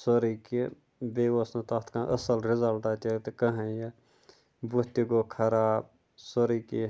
سورُے کیٚنٛہہ بیٚیہِ اوس نہٕ تَتھ کانٛہہ اَصٕل رِزَلٹا تہِ کٕہٕنۍ یہِ بُتھ تہِ گوٚو خراب سورُے کیٚنٛہہ